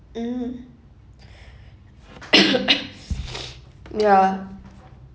mmhmm ya